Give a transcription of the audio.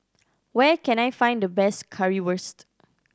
where can I find the best Currywurst